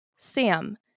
sam